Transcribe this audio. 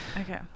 Okay